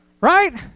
Right